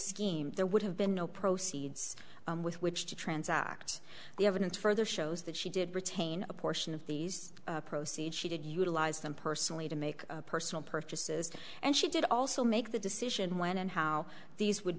scheme there would have been no proceeds with which to transact the evidence further shows that she did retain a portion of these proceed she did utilize them personally to make personal purchases and she did also make the decision when and how these would